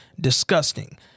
Disgusting